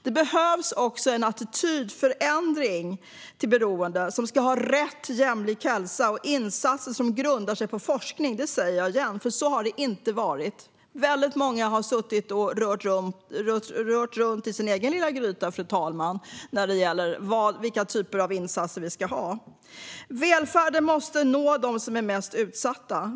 Det behövs också en förändring i attityden gentemot människor med beroende. De ska ha rätt till jämlik hälsa och insatser som grundar sig på forskning, för - och det säger jag igen - så har det inte varit. Väldigt många har suttit och rört runt i sin egen lilla gryta, fru talman, när det gäller vilka typer av insatser det ska vara. Välfärden måste nå dem som är mest utsatta.